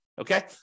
Okay